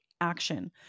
action